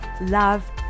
love